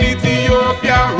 Ethiopia